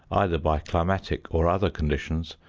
either by climatic or other conditions,